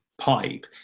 Pipe